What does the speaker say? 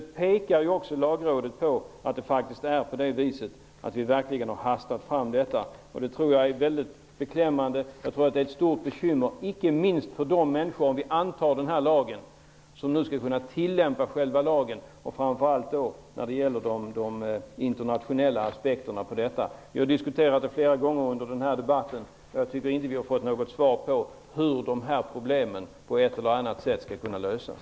Även Lagrådet pekar på att lagförslaget har hastats fram. Det är väldigt beklämmande, och det är ett stort bekymmer, inte minst för de människor som, om lagen antas, skall kunna tillämpa den, framför allt med tanke på de internationella aspekterna. Vi har flera gånger under denna debatt diskuterat dessa problem, men jag tycker inte att vi har fått något svar på hur de skall kunna lösas.